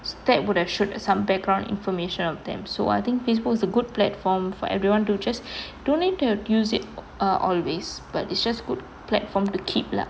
that would have showed some background information of them so I think facebook is a good platform for everyone to just don't need to use it uh always but it's just good platform to keep lah